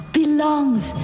belongs